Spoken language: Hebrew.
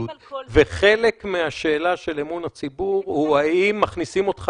וחלק מהשאלה של אמון הציבור הוא האם מכניסים אותך